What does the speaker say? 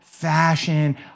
Fashion